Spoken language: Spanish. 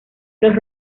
los